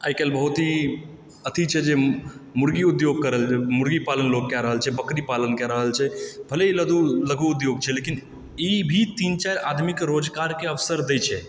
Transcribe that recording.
आइ काल्हि बहुत ही अथी छै जे मुर्गी उद्योग कयल मुर्गी पालन लोग कए रहल छै बकरी पालन कै रहल छै भले ही लघु उद्योग छै लेकिन ई भी तीन चारि आदमी के रोज़गार के अवसर दै छै